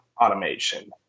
automation